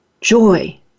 Joy